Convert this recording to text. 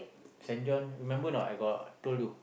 Saint-John remember not I got told you